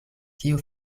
kio